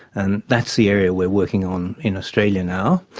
and that's the area we're working on in australia now,